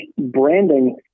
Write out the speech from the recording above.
branding